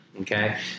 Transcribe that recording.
Okay